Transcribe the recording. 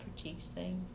producing